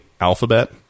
Alphabet